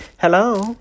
Hello